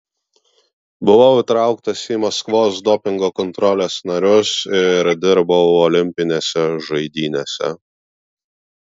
buvau įtrauktas į maskvos dopingo kontrolės narius ir dirbau olimpinėse žaidynėse